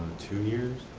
two years.